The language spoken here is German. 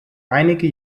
einige